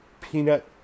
peanut